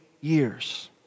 years